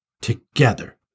together